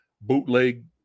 bootleg